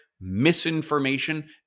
misinformation